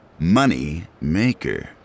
Moneymaker